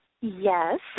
Yes